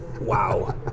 Wow